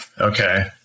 Okay